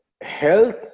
health